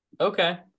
Okay